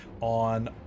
on